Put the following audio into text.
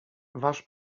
wasz